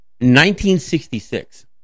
1966